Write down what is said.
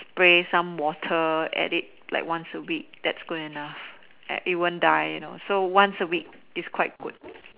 spray some water at it like once a week that's good enough it won't die you know so once a week it's quite good